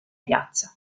piazza